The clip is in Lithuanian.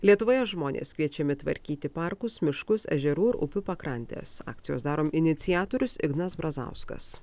lietuvoje žmonės kviečiami tvarkyti parkus miškus ežerų ir upių pakrantes akcijos darom iniciatorius ignas brazauskas